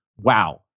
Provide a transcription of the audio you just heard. wow